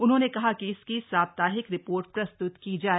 उन्होंने कहा कि इसकी साप्ताहिक रिपोर्ट प्रस्तुत की जाए